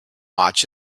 watch